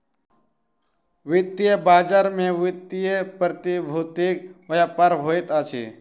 वित्तीय बजार में वित्तीय प्रतिभूतिक व्यापार होइत अछि